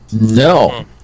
No